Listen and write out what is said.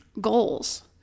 Goals